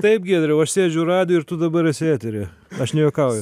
taip giedriau aš sėdžiu radijuj ir tu dabar esi eteryje aš nejuokauju